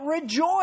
rejoice